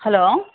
hello